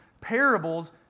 parables